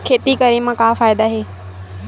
खेती करे म का फ़ायदा हे?